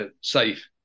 safe